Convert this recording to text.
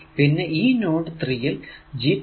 പിന്നെ ഈ നോഡ് 3 ൽ G23 G33ആണ്